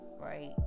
right